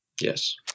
Yes